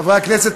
חברי הכנסת,